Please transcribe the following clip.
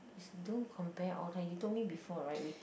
don't compare all that you told me before right we